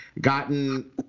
gotten